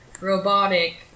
robotic